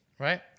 Right